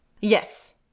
Yes